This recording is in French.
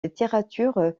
littérature